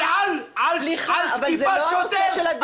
אבל זה לא הנושא של הדיון הזה.